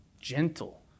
gentle